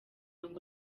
ngo